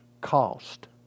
cost